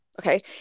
Okay